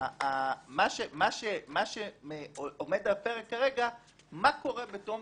מה שעומד על הפרק כרגע זה מה קורה בתום